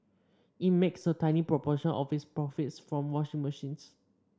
it makes a tiny proportion of its profits from washing machines